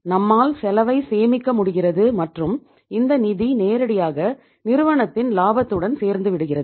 நம்மால் செலவை சேமிக்க முடிகிறது மற்றும் இந்த நிதி நேரடியாக நிறுவனத்தின் லாபத்துடன் சேர்ந்துவிடுகிறது